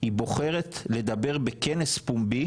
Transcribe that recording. היא בוחרת לדבר בכנס פומבי